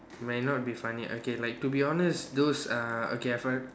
may not be funny okay like to be honest those uh okay I find